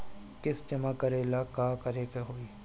किस्त जमा करे ला का करे के होई?